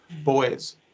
boys